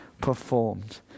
performed